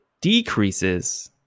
decreases